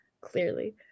clearly